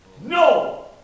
No